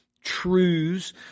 truths